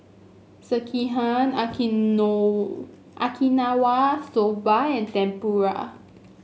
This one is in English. Sekihan Okinawa Soba and Tempura